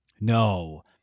no